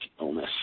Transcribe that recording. illness